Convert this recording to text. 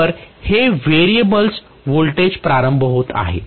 तर हे variables voltage प्रारंभ होत आहे